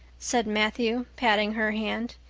said matthew patting her hand.